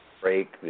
break